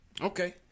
Okay